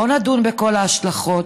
בואו נדון בכל ההשלכות